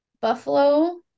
Buffalo